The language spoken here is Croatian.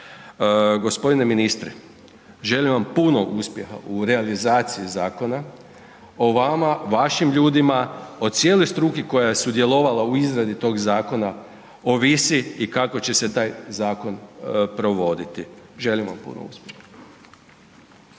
Gospodine ministre želim vam puno uspjeha u realizaciji zakona, o vama, vašim ljudima, o cijeloj struki koja je sudjelovala u izradi tog zakona ovisi i kako će se taj zakon provoditi. Želim vam puno uspjeha.